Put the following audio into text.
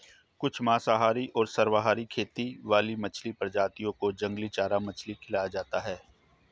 कुछ मांसाहारी और सर्वाहारी खेती वाली मछली प्रजातियों को जंगली चारा मछली खिलाया जाता है